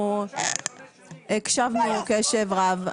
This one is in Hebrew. אנחנו הקשבנו קשב רב,